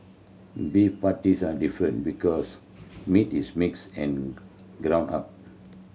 beef patties are different because meat is mixed and ground up